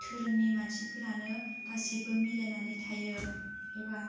धोरोमनि मानसिफोरानो गासिबो मिलायनानै थायो एबा